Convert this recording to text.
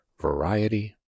variety